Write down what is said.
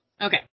Okay